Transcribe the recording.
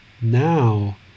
now